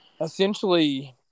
essentially